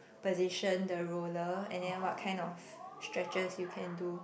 position the roller and then what kind of stretches you can do